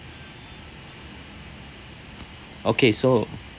okay so